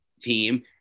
team